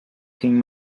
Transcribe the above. king